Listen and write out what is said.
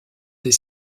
des